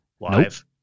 live